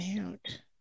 out